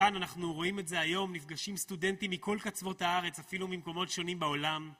כאן אנחנו רואים את זה היום, נפגשים סטודנטים מכל קצוות הארץ, אפילו ממקומות שונים בעולם.